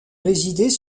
résidait